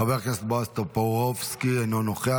חבר הכנסת בועז טופורובסקי, אינו נוכח.